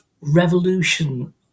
revolution